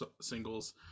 singles